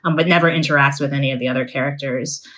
um but never interact with any of the other characters.